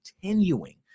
continuing